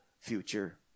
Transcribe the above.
future